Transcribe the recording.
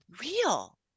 real